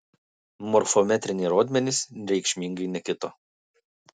morfometriniai rodmenys reikšmingai nekito